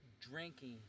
drinking